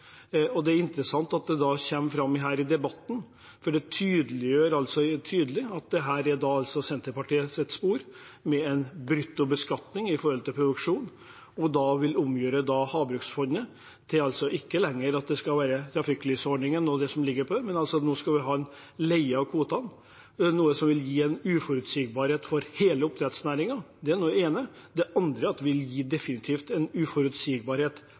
Det er interessant at det kommer tydelig fram her i debatten at dette er Senterpartiets spor, en bruttobeskatning på produksjon. Man vil omgjøre Havbruksfondet, slik at det ikke lenger skal være en trafikklysordning, slik det har vært før, men at man skal leie kvotene, noe som vil gi uforutsigbarhet for hele oppdrettsnæringen. Det er det ene. Det andre er at det definitivt vil gi en uforutsigbarhet